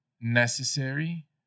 necessary